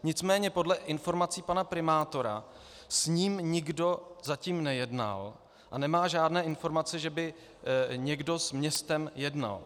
Nicméně podle informací pana primátora s ním nikdo zatím nejednal a nemá žádné informace, že by někdo s městem jednal.